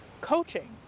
coaching